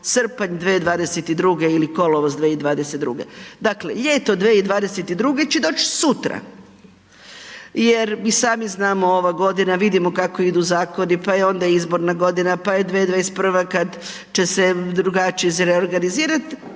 srpanj 2022. ili kolovoz 2022.? Dakle, ljeto 2022. će doć sutra. Jer mi sami znamo ova godina, vidimo kako idu zakoni, pa je onda izborna godina, pa je 2021. kad će se drugačije reorganizirat,